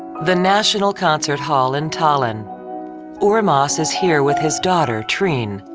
the national concert hall in tallinn urmass is here with his daughter, triin.